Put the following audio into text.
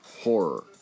horror